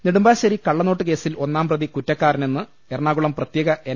നെടുമ്പാശ്ശേരി കള്ളനോട്ട് കേസിൽ ഒന്നാംപ്രതി കുറ്റക്കാര നെന്ന് എറണാകുളം പ്രത്യേക എൻ